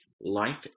Life